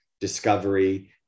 discovery